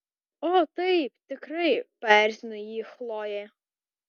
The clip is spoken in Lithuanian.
o taip tikrai paerzino jį chlojė